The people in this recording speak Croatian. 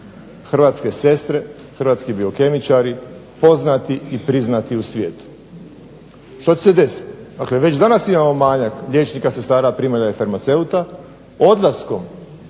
hrvatske sestre, hrvatski biokemičari poznati i priznati u svijetu. Što će se desiti? Dakle već danas imamo manjak liječnika, sestara, primalja i farmaceuta, odlaskom